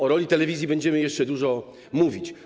O roli telewizji będziemy jeszcze dużo mówić.